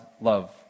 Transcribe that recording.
love